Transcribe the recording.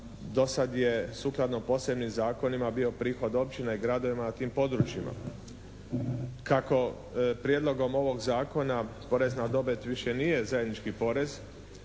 Do sada je sukladno posebnim zakonima bio prihod općinama i gradovima na tim područjima. Kako prijedlogom ovog zakona porez na dobit više nije zajednički porez